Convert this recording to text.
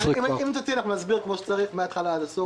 להסביר כפי שצריך מהתחלה עד הסוף.